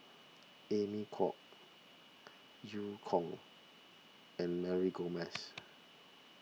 Amy Khor Eu Kong and Mary Gomes